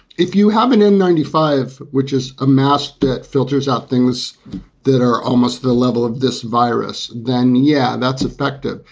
if you have an in n ninety five, which is a mask that filters out things that are almost the level of this virus, then yeah, that's effective.